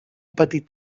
petit